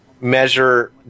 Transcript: measure